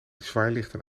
zwaailichten